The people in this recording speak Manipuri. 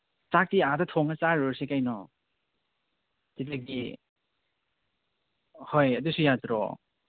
ꯆꯥꯛꯇꯤ ꯑꯥꯗ ꯊꯣꯡꯉ ꯆꯥꯔꯨꯔꯁꯤ ꯀꯩꯅꯣ ꯄꯤꯛꯅꯤꯛꯀꯤ ꯍꯣꯏ ꯑꯗꯨꯁꯨ ꯌꯥꯗ꯭ꯔꯣ